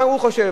מה הוא חושב,